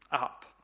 up